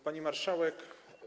Pani Marszałek!